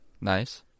Nice